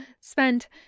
Spent